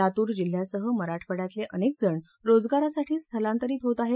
लातूर जिल्ह्यासह मराठवाडयातले अनेकजण रोजगारासाठी स्थलांतरीत होत आहेत